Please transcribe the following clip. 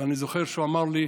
ואני זוכר שהוא אמר לי: